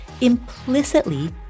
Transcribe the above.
implicitly